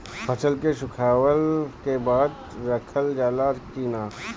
फसल के सुखावला के बाद रखल जाला कि न?